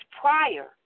prior